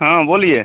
हाँ बोलिए